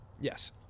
yes